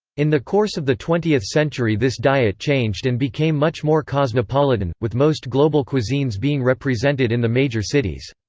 in the course of the twentieth century this diet changed and became much more cosmopolitan, with most global cuisines being represented in the major cities.